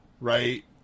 right